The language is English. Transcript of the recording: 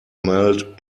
mailed